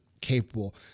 capable